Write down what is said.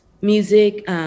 music